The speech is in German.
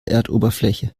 erdoberfläche